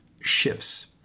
shifts